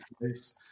place